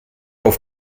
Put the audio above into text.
auf